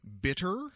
bitter